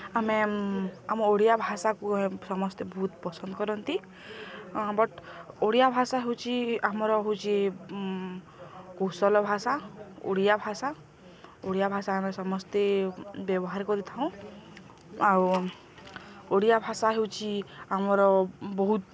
ଆମେ ଆମ ଓଡ଼ିଆ ଭାଷାକୁ ସମସ୍ତେ ବହୁତ ପସନ୍ଦ କରନ୍ତି ବଟ୍ ଓଡ଼ିଆ ଭାଷା ହେଉଛି ଆମର ହେଉଛି କୋଶଲ ଭାଷା ଓଡ଼ିଆ ଭାଷା ଓଡ଼ିଆ ଭାଷା ଆମେ ସମସ୍ତେ ବ୍ୟବହାର କରିଥାଉ ଆଉ ଓଡ଼ିଆ ଭାଷା ହେଉଛି ଆମର ବହୁତ